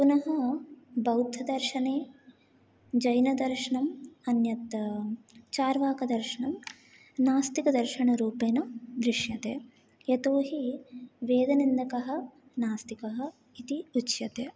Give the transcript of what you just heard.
पुनः बौद्धदर्शने जैनदर्शनम् अन्यत् चार्वाकदर्शनं नास्तिकदर्शनरूपेण दृश्यते यतो हि वेदनिन्दकः नास्तिकः इति उच्यते